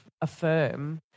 affirm